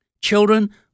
Children